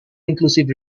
inclusive